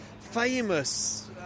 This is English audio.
famous